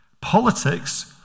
Politics